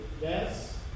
Yes